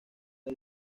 las